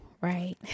right